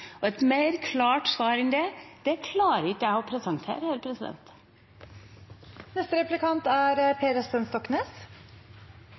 med. Et klarere svar enn det klarer jeg ikke å presentere her. Hvis regjeringen er